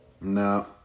no